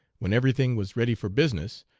when every thing was ready for business,